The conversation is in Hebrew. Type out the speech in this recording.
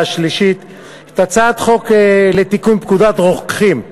השלישית את הצעת חוק לתיקון פקודת הרוקחים (מס'